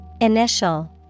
Initial